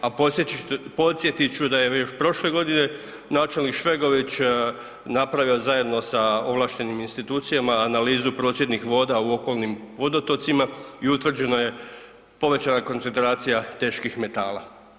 A podsjetit ću da je još prošle godine načelnik Švegović napravio zajedno sa ovlaštenim institucijama analizu procjednih voda u okolnim vodotocima i utvrđena je povećana koncentracija teških metala.